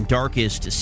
darkest